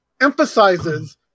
emphasizes